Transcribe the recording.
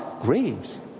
graves